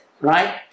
right